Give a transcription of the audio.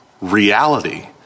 reality